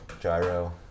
Gyro